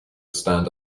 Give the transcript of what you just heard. stand